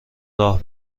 راه